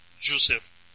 Joseph